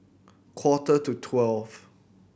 quarter to twelve